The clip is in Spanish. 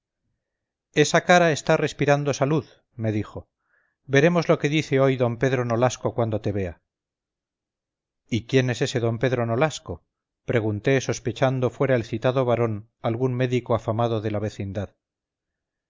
esa cara está respirando salud me dijo veremos lo que dice hoy d pedro nolasco cuando te vea y quién es ese d pedro nolasco pregunté sospechando fuera el citado varón algún médico afamado de la vecindad